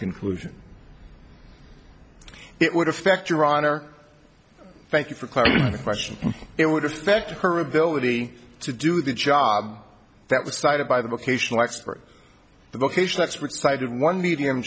conclusion it would affect your honor thank you for clearing the question it would affect her ability to do the job that was cited by the occasional expert the vocation expert cited one medium